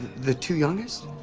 the two youngest?